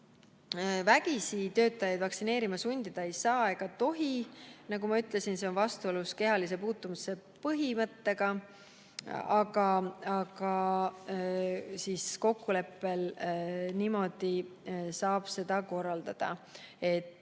vägisi töötajaid vaktsineerima sundida ei saa ega tohi, nagu ma ütlesin, see on vastuolus kehalise puutumatuse põhimõttega. Aga kokkuleppel saab seda korraldada, et